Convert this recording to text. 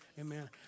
Amen